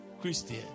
Christian